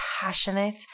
passionate